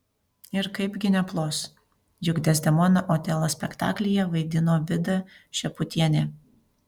ir kaipgi neplos juk dezdemoną otelo spektaklyje vaidino vida šeputienė